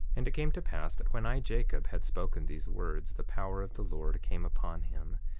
and it came to pass that when i, jacob, had spoken these words, the power of the lord came upon him,